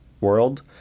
world